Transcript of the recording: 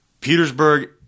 Petersburg